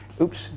oops